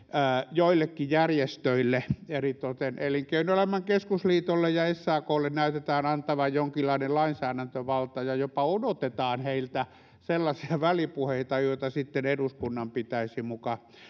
joillekin järjestöille eritoten elinkeinoelämän keskusliitolle ja saklle näytetään antavan jonkinlainen lainsäädäntövalta ja jopa odotetaan heiltä sellaisia välipuheita joita sitten eduskunnan pitäisi muka